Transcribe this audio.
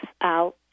out